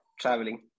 Traveling